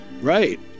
right